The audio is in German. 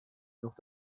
noch